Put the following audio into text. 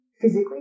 physically